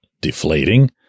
deflating